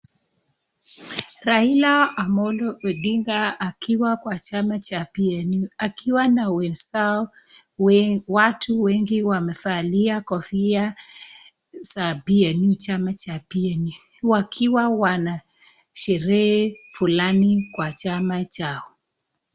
Raila omolo odinga akiwa kwa Chama Cha PNU akiwa na wenzake watu wengi wamefalia kofia za PNU, chama Cha PNU wakiwa wanasherehe kwa chama Chao.